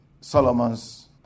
Solomon's